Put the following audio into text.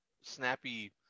snappy